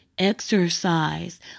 Exercise